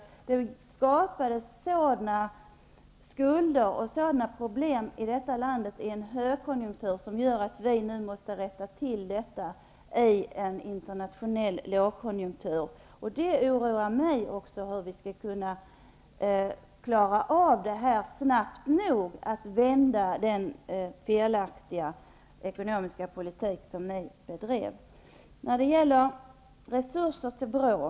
Det skapades i detta land i en högkonjunktur stora skulder och problem som vi nu måste rätta till i en internationell lågkonjunktur. Det oroar mig hur vi skall kunna klara av att snabbt nog vända den felaktiga ekonomiska politik som ni socialdemokrater bedrev.